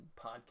Podcast